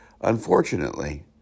Unfortunately